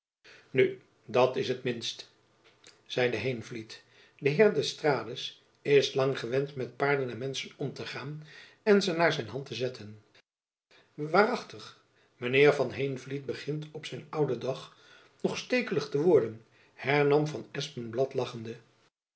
nu dat is t minst zeide heenvliet de heer d'estrades is lang gewend met paarden en menschen om te gaan en ze naar zijn hand te zetten waarachtig mijn heer van heenvliet begint op zijn ouden dag nog stekelig te worden hernam van espenblad lachende